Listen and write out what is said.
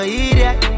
idiot